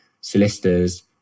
solicitors